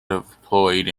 deployed